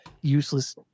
useless